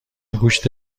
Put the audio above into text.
گوشت